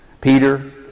Peter